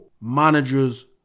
Managers